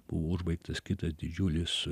buvo užbaigtas kitas didžiulis